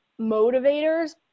motivators